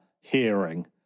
hearing